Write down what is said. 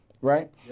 right